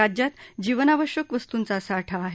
राज्यात जीवनावश्यक वस्तूंचा साठा आहे